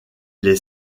les